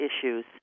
issues